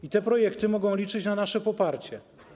I te projekty mogą liczyć na nasze poparcie.